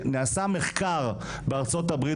שנעשה מחקר בארצות-הברית,